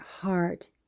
heart